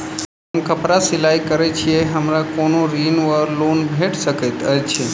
हम कापड़ सिलाई करै छीयै हमरा कोनो ऋण वा लोन भेट सकैत अछि?